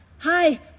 hi